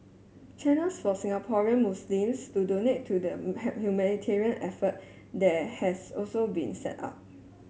channels for Singaporean Muslims to donate to the humanitarian effort there has also been set up